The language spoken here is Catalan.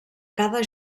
cada